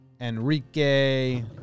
Enrique